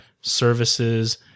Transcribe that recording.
services